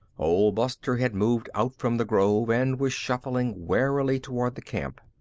old buster had moved out from the grove and was shuffling warily toward the camp.